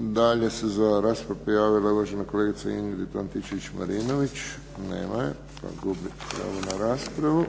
Dalje se za raspravu prijavila, uvažena kolegica Ingrid Antičević-Marinović. Nema je, gubi pravo na raspravu.